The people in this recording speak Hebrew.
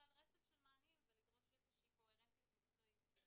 על רצף של מענים ולדרוש איזה שהיא קוהרנטיות מקצועית.